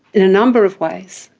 in a number of ways.